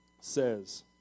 says